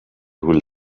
will